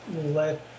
let